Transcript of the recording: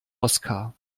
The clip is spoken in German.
oskar